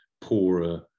poorer